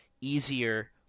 easier